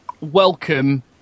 welcome